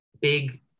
big